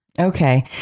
Okay